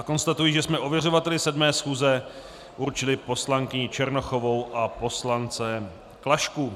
Konstatuji, že jsme ověřovateli 7. schůze určili poslankyni Černochovou a poslance Klašku.